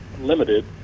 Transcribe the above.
Limited